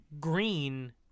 Green